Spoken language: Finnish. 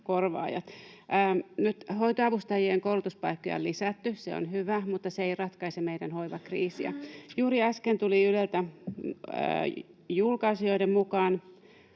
korvaajat. Nyt hoitoavustajien koulutuspaikkoja on lisätty, ja se on hyvä, mutta se ei ratkaise meidän hoivakriisiä. Juuri äsken tuli Yleltä julkaisu, jonka mukaan